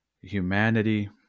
humanity